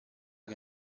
che